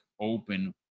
open